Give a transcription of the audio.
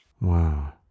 wow